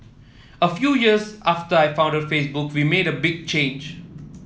a few years after I founded Facebook we made a big change